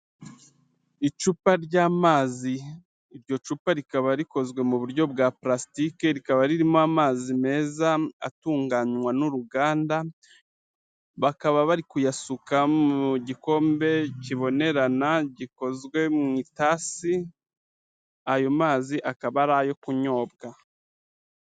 Icupa ry'amazi iryo cupa rikaba rikozwe mu buryo bwa parasitiki, rikaba ririmo amazi meza atunganywa n'uruganda, bakaba bari kuyasuka mu gikombe kibonerana gikozwe mu itasi, ayo mazi akaba ari ayo kunyobwa.